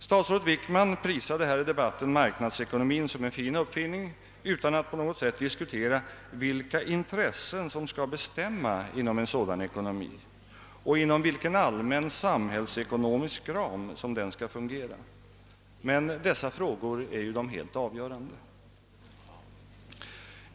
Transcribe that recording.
Statsrådet Wickman prisade här i debatten marknadsekonomin som en fin uppfinning utan att på något sätt diskutera vilka intressen som skall bestämma inom en sådan ekonomi och inom vilken allmän samhällsekonomisk ram som den skall fungera. Men dessa frågor är ju de helt avgörande.